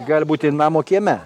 gali būti namo kieme